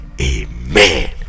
Amen